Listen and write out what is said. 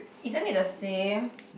isn't it the same